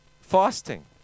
Fasting